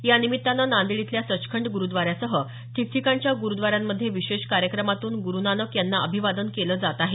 यानिमित्तानं नांदेड इथल्या सचखंड गुरुद्वारासह ठिकठिकाणच्या गुरुद्वारांमध्ये विशेष कार्यक्रमातून गुरुनानक यांना अभिवादन केलं जात आहे